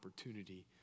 opportunity